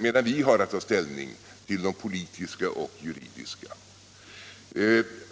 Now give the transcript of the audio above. medan vi har att ta ställning till de politiska och juridiska frågorna.